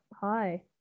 hi